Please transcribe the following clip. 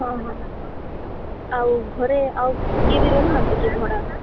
ହଁ ହଁ ହଉ ଆଉ ଘରେ ଆଉ କିଏ ବି ରହୁନାହାନ୍ତି କି ଭଡ଼ା